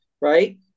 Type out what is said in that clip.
right